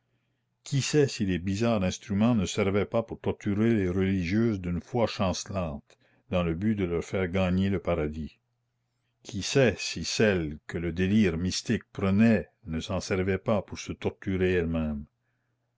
qui sait si les bizarres instruments ne servaient pas pour torturer les religieuses d'une foi chancelante dans le but de leur faire gagner le paradis la commune qui sait si celles que le délire mystique prenait ne s'en servaient pas pour se torturer elles-mêmes